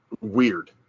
weird